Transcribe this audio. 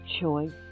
choice